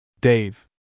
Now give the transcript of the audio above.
Dave